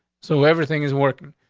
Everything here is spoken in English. so everything is working.